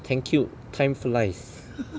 thank you time flies